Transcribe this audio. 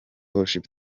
worship